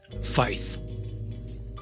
faith